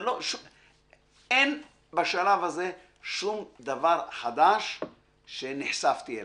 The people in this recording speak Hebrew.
אין בשלב הזה שום דבר חדש שנחשפתי אליו.